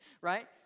right